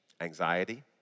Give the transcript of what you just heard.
anxiety